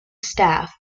staff